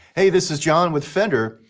hey, this is john with fender.